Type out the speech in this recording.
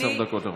עשר דקות לרשותך.